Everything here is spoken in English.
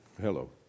Hello